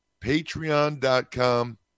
patreon.com